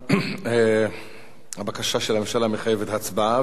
הבקשה של הממשלה מחייבת הצבעה ודיון.